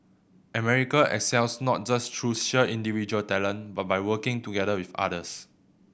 Aamerica excels not just through sheer individual talent but by working together with others